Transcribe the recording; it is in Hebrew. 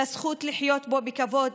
לזכות לחיות פה בכבוד,